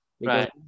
right